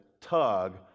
tug